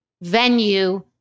venue